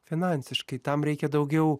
finansiškai tam reikia daugiau